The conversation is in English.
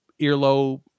earlobe